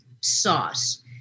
sauce